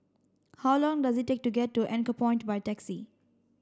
how long does it take to get to Anchorpoint by taxi